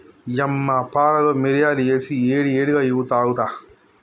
యమ్మ పాలలో మిరియాలు ఏసి ఏడి ఏడిగా ఇవ్వు తాగుత